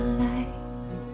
light